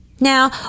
Now